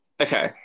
Okay